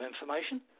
information